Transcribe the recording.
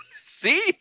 See